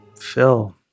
phil